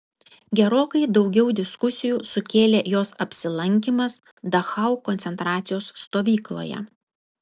gerokai daugiau diskusijų sukėlė jos apsilankymas dachau koncentracijos stovykloje